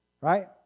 right